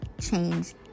change